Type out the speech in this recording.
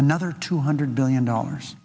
another two hundred billion dollars